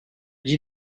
dis